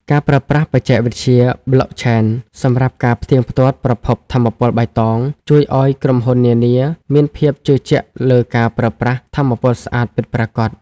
ការប្រើប្រាស់បច្ចេកវិទ្យាប្លុកឆេន សម្រាប់ការផ្ទៀងផ្ទាត់ប្រភពថាមពលបៃតង ជួយឱ្យក្រុមហ៊ុននានាមានភាពជឿជាក់លើការប្រើប្រាស់ថាមពលស្អាតពិតប្រាកដ។